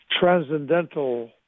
transcendental